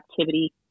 activity